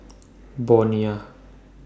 Bonia